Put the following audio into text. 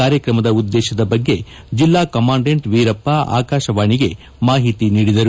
ಕಾರ್ಯತ್ರಮದ ಉದ್ದೇಶದ ಬಗ್ಗೆ ಜಿಲ್ಲಾ ಕಾಮಾಂಡೆಂಟ್ ವೀರಪ್ಪ ಆಕಾಶವಾಣಿಗೆ ಮಾಹಿತಿ ನೀಡಿದರು